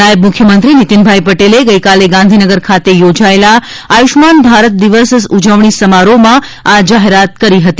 નાયબ મુખ્યમંત્રી નીતિન પટેલે ગઈકાલે ગાંધીનગર ખાતે યોજાયેલા આયુષમાન ભારત દિવસ ઉજવણી સમારોહમાં આ જાહેરાત કરી હતી